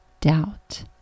doubt